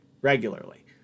Regularly